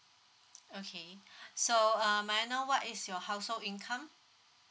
okay so um may I know what is your household income